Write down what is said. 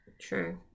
true